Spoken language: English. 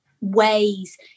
ways